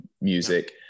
music